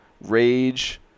Rage